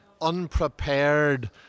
unprepared